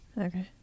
Okay